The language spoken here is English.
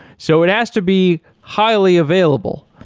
so it has to be highly available.